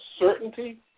certainty